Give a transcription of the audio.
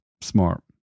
Smart